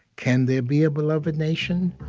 can there be a beloved nation?